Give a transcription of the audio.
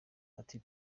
ati